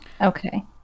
Okay